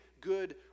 good